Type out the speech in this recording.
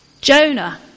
Jonah